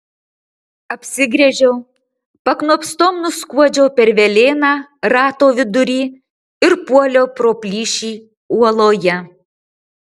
apsigręžiau paknopstom nuskuodžiau per velėną rato vidury ir puoliau pro plyšį uoloje